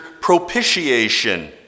propitiation